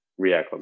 reacclimate